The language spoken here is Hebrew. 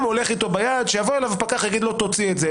הולך איתו ביד שיבוא אליו ויגיד לו: "תוציא את זה".